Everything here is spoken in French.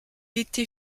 était